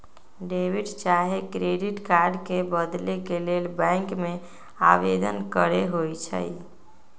debit चाहे credit card के बदले के लेल बैंक में आवेदन करेके होइ छइ